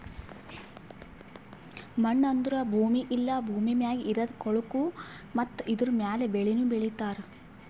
ಮಣ್ಣು ಅಂದುರ್ ಭೂಮಿ ಇಲ್ಲಾ ಭೂಮಿ ಮ್ಯಾಗ್ ಇರದ್ ಕೊಳಕು ಮತ್ತ ಇದುರ ಮ್ಯಾಲ್ ಬೆಳಿನು ಬೆಳಿತಾರ್